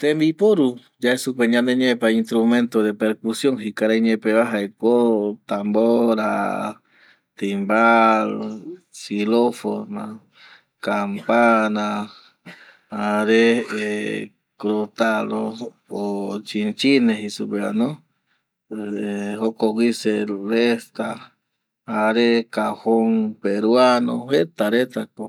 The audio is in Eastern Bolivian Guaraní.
Tembiporu yae supe ñaneñe pe va instrumento de percucion jei karaiñe pe va jaeko tambora, timbal, xilofona, campana, jare clotalo o chinchine jei supe va no jokogui celesta jare cajon peruano jeta reta ko